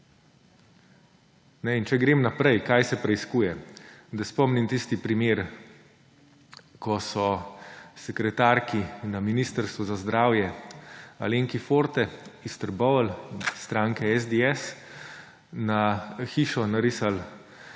Če grem naprej, kaj se preiskuje. Naj spomnim na tisti primer, ko so sekretarki na Ministrstvu za zdravje Alenki Forte iz Trbovelj, stranke SDS, na fasado hiše narisali